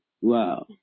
wow